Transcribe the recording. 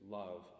love